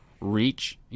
reach